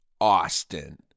Austin